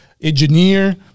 engineer